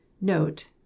Note